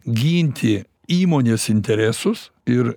ginti įmonės interesus ir